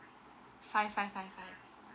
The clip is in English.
five five five five